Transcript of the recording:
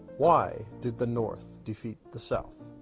why did the north defeat the south?